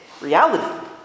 reality